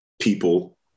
people